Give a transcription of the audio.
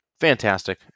Fantastic